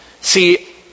See